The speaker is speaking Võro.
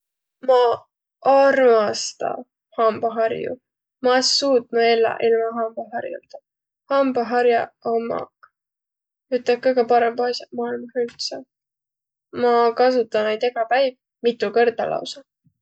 Maq armasta hambaharju. Ma es suutnuq elläq ilma hambahar'aldaq. Hambaha'aq ommaq üte kõgõ parõmbaq as'aq maailmah üldse. Ma kasuta naid egä päiv, mitu kõrda lausa.